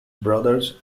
brothers